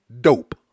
dope